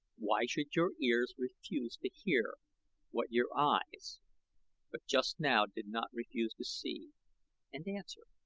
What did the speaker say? why should your ears refuse to hear what your eyes but just now did not refuse to see and answer?